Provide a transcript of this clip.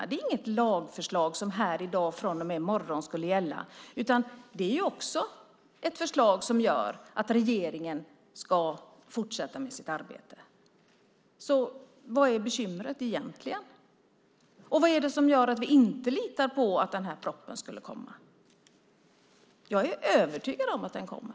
Det är inte ett förslag på någon lag som skulle gälla från och med i morgon. Det är också ett förslag som skulle göra att regeringen fortsatte med sitt arbete. Vad är bekymret egentligen? Vad är det som gör att vi inte litar på att propositionen skulle komma? Jag är övertygad om att den kommer.